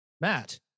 Matt